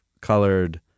colored